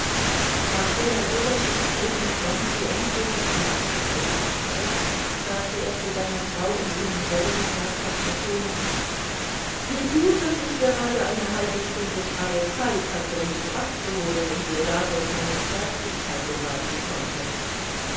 nachdem er so das gespräch mit wronski endgültig zum abschluß gebracht hatte sagte er zu seiner frau in jenem selben scherzhaften tone wie gut daß ich gerade eine halbe stunde freie zeit hatte um dich abzuholen und dir dadurch meine zärtlichkeit beweisen konnte